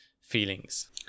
feelings